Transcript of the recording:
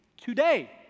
today